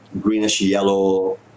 greenish-yellow